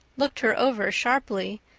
looked her over sharply,